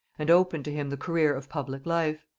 and opened to him the career of public life.